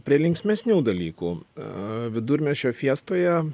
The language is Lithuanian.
prie linksmesnių dalykų a vidurmiesčio fiestoje